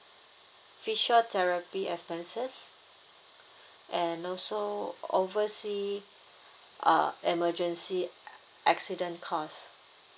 physiotherapy expenses and also oversea uh emergency uh accident cost